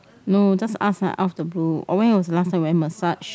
no just ask out of the blue or when was the last time you went massage